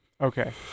Okay